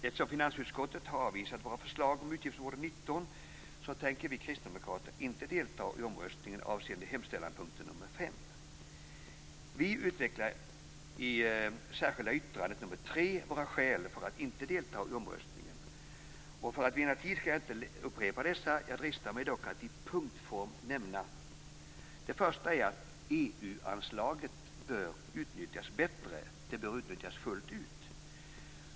Eftersom finansutskottet har avvisat våra förslag gällande utgiftsområde 19 tänker vi kristdemokrater inte delta i omröstningen avseende hemställanspunkt nr 5. Vi utvecklar i det särskilda yttrandet nr 3 våra skäl för att inte delta i omröstningen. För att vinna tid skall jag inte upprepa dessa. Jag dristar mig dock att i punktform nämna dem: - EU-anslaget bör utnyttjas bättre. Det bör utnyttjas fullt ut.